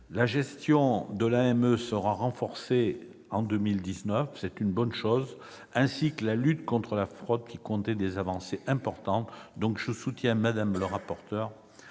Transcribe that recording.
La gestion de l'AME sera renforcée en 2019, ce qui est une bonne chose, ainsi que la lutte contre la fraude, qui connaît des avancées importantes. Par conséquent, je soutiens Mme le rapporteur